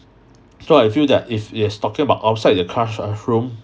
so I feel that if it is talking about outside the class uh classroom